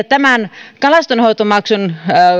tämän kalastonhoitomaksun